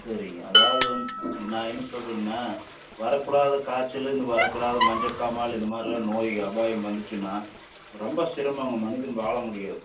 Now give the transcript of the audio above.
சரிங்க அதாவது வந்து நான் என்ன சொல்கிறேங்கனா வரக்கூடாத காய்ச்சல் இந்த வரக்கூடாத மஞ்சக்காமாலை இந்தமாரிலாம் நோய் அபாயம் வந்துச்சுனால் ரொம்ப சிரமங்க மனிதன் வாழமுடியாது